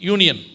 Union